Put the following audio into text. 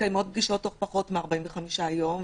מתקיימות פגישות תוך פחות מ-45 ימים,